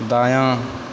दायाँ